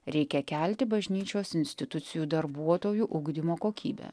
reikia kelti bažnyčios institucijų darbuotojų ugdymo kokybę